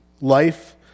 life